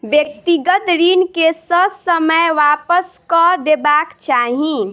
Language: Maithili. व्यक्तिगत ऋण के ससमय वापस कअ देबाक चाही